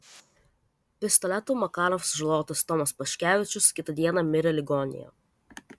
pistoletu makarov sužalotas tomas paškevičius kitą dieną mirė ligoninėje